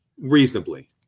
reasonably